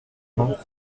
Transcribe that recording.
cent